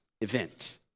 event